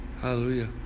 Hallelujah